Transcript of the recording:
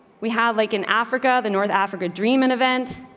we have, like in africa, the north africa dream, an event.